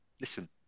listen